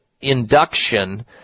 induction